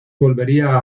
volvería